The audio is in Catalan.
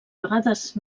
vegades